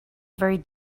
very